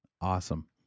Awesome